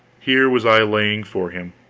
here was i laying for him.